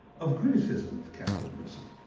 of criticism of capitalism.